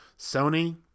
Sony